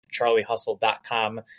charliehustle.com